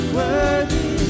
worthy